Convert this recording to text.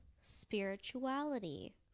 spirituality